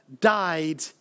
died